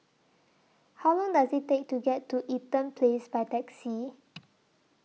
How Long Does IT Take to get to Eaton Place By Taxi